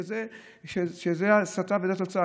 שזה ההסתה וזה התוצאה.